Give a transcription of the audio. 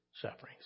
sufferings